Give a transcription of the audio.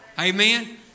Amen